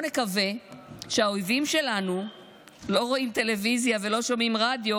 בואו נקווה שהאויבים שלנו לא רואים טלוויזיה ולא שומעים רדיו,